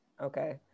okay